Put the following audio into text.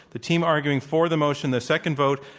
the team arguing for the motion, the second vote,